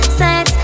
sex